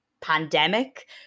pandemic